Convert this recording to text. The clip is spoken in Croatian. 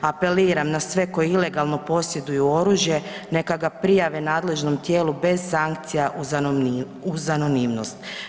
Apeliram na sve koji ilegalno posjeduju oružje neka ga prijave nadležnom tijelu bez sankcija uz anonimnost.